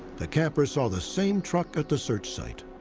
the camper saw the same truck at the search site.